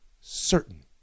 certain